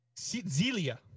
Zelia